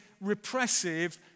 repressive